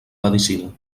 medicina